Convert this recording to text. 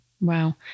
Wow